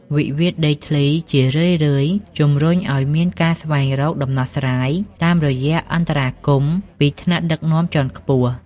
វិវាទដីធ្លីជារឿយៗជំរុញឱ្យមានការស្វែងរកដំណោះស្រាយ តាមរយៈអន្តរាគមន៍ពីថ្នាក់ដឹកនាំជាន់ខ្ពស់។